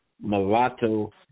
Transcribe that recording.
mulatto